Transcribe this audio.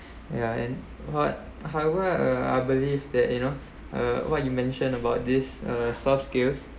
yeah and what however uh I believe that you know uh what you mention about this uh soft skills